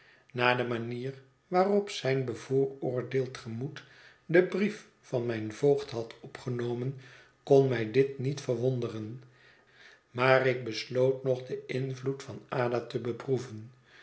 na de manier waarop zijn bevooroordeeld gemoed den brief van mijn voogd had opgenomen kon mij dit niet verwonderen maar ik besloot nog den invloed van ada te beproeven